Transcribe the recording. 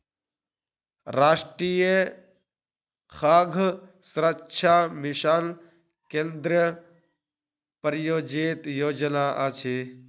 राष्ट्रीय खाद्य सुरक्षा मिशन केंद्रीय प्रायोजित योजना अछि